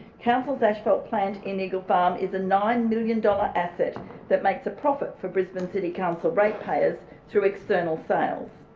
council's asphalt plant in eagle farm is a nine million dollars asset that makes a profit for brisbane city council rate payers to external sales.